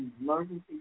emergency